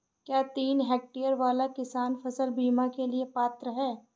क्या तीन हेक्टेयर वाला किसान फसल बीमा के लिए पात्र हैं?